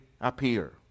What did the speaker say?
appear